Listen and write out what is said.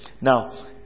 Now